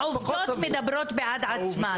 העובדות מדברות בעד עצמן.